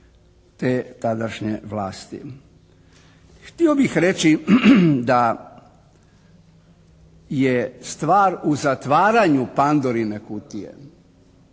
te tadašnje vlasti. Htio bih reći da je stvar u zatvaranju Pandorine kutije